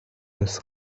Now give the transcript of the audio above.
das